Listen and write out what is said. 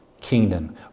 kingdom